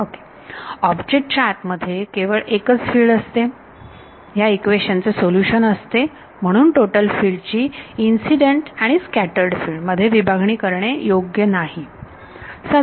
object च्या आत मध्ये केवळ एकच फिल्ड असते ह्या इक्वेशन चे सोल्युशन असते म्हणूनच टोटल फिल्ड ची इन्सिडेंट आणि स्कॅटर्ड फिल्ड मध्ये विभागणी करणे योग्य नव्हे